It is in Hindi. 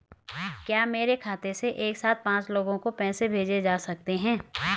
क्या मेरे खाते से एक साथ पांच लोगों को पैसे भेजे जा सकते हैं?